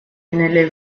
nelle